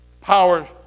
power